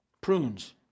prunes